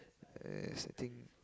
uh I think